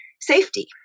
safety